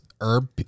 herb